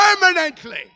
Permanently